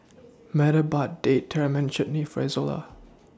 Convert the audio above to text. Meta bought Date Tamarind Chutney For Izola